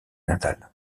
natale